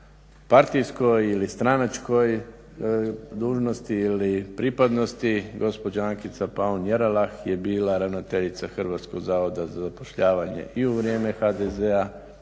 partijskoj ili stranačkoj dužnosti ili pripadnosti gospođa Ankica Paun Jerelah je bila ravnateljica Hrvatskog zavoda za zapošljavanje i u vrijeme HDZ-a.